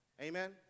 Amen